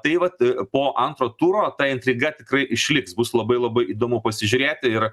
tai vat po antro turo ta intriga tikrai išliks bus labai labai įdomu pasižiūrėti ir